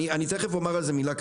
תכף אומר על זה מילה,